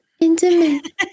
intimate